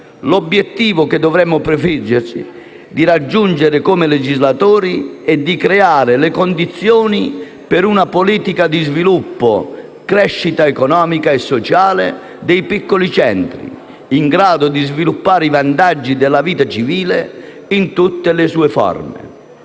L'obiettivo che dovremmo prefiggerci di raggiungere come legislatori è quello di creare le condizioni per una politica di crescita economica e sociale dei piccoli centri, in grado di sviluppare i vantaggi della vita civile in tutte le sue forme.